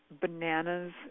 bananas